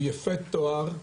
הוא יפה תואר,